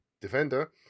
defender